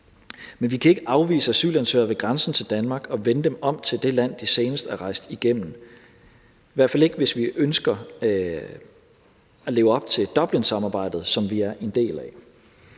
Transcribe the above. men vi kan ikke afvise asylansøgere ved grænsen til Danmark og vende dem om til det land, de senest er rejst igennem – i hvert fald ikke, hvis vi ønsker at leve op til Dublinsamarbejdet, som vi er en del af.